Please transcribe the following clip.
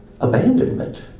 abandonment